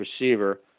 receiver